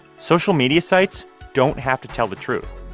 social media sites don't have to tell the truth,